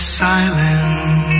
silence